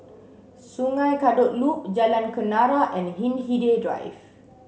Sungei Kadut Loop Jalan Kenarah and Hindhede Drive